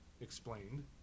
explained